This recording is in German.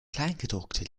kleingedruckte